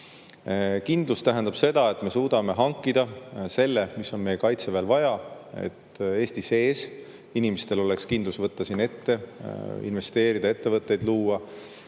Kindlus tähendab seda, et me suudame hankida selle, mida on meie kaitseväel vaja; et Eestis oleks inimestel kindlus siin võtta ette, investeerida, ettevõtteid luua,